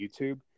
YouTube